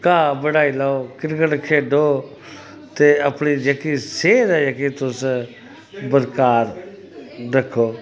घा बढाई लाओ क्रिकेट खेढो ते अपनी जेह्की सेह्त तुस बरकरार रक्खो